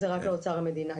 זה רק אוצר המדינה.